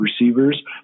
receivers